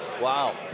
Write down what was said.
wow